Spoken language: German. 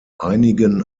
einigen